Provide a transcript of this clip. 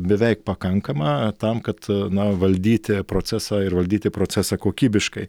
beveik pakankama tam kad na valdyti procesą ir valdyti procesą kokybiškai